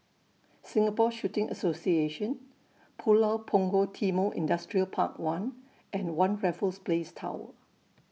Singapore Shooting Association Pulau Punggol Timor Industrial Park one and one Raffles Place Tower